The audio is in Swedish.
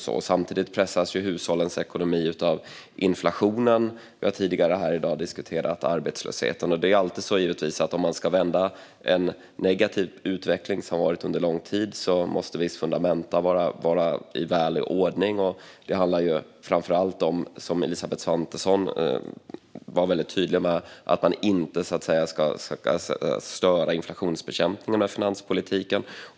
Samtidigt pressas hushållens ekonomi av inflationen, och vi har tidigare i dag diskuterat arbetslösheten. Om man ska vända en negativ utveckling som har rått under lång tid måste vissa fundamenta vara i god ordning. Elisabeth Svantesson har varit tydlig med att man inte ska störa inflationsbekämpningen med finanspolitiken.